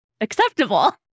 acceptable